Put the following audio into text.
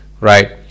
right